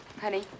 Honey